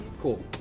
Cool